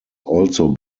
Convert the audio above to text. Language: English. also